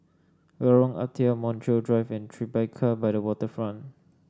Lorong Ah Thia Montreal Drive and Tribeca by the Waterfront